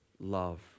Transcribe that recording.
love